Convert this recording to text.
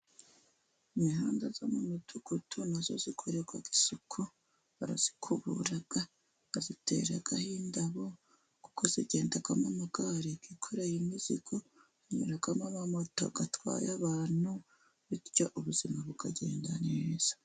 Imihanda yo mu midugudu nayo ikorerwa isuku barayikubura bayiteraho indabo, kuko igendamo amagare yikoreye imizigo hanyuramo amamoto atwaye abantu, bityo ubuzima bukagenda neza.